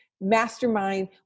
Mastermind